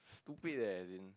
stupid eh as in